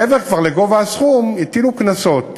מעבר לגובה הסכום, הטילו קנסות